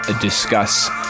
discuss